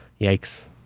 Yikes